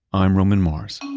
i'm roman mars,